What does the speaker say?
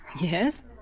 Yes